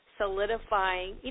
solidifying